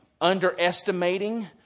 underestimating